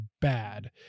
bad